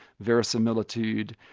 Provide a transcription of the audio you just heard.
verisimilitude,